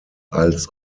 als